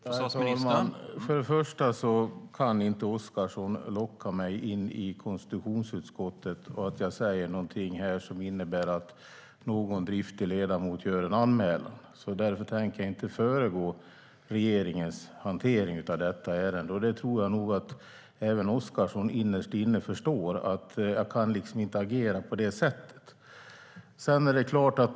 Herr talman! För det första kan inte Oscarsson locka mig in i konstitutionsutskottet genom att jag säger något här som innebär att någon driftig ledamot gör en anmälan. Därför tänker jag inte föregå regeringens hantering av detta ärende. Jag tror att Oscarsson innerst inne förstår att jag inte kan agera på det sättet.